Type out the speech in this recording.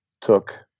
took